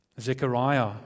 Zechariah